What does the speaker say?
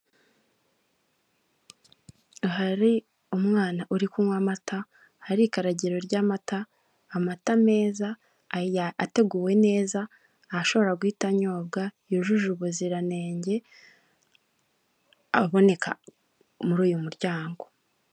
Hari umwana uri kunywa amata hari ikaragiro ry'amata, amata meza ateguwe neza ahashobora guhita anyobwa yujuje ubuziranenge, aboneka muri uyu muryango.